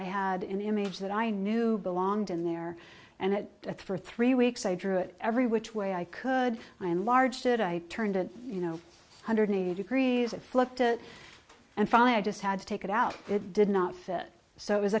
i had him in that i knew belonged in there and that for three weeks i drew it every which way i could i enlarged it i turned it you know hundred eighty degrees it flipped it and finally i just had to take it out it did not fit so it was